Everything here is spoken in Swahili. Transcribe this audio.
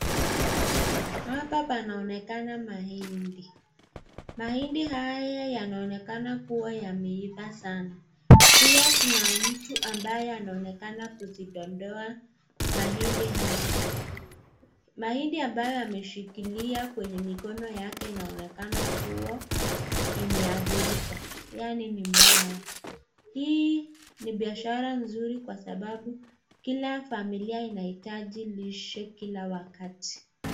Hapa panaonekana mahindi mahindi haya yanaonekana yameiva sana pia kuna mtu ambaye anaonekana kuzindondoa mahindi haya mahindi ambayo ameshikilia kwenye mkono yake inaonekana kuwa imehathirika yaani mbaya hii ni biashara nzuri kwa sababu kila familia inahitaji lishe kila wakati.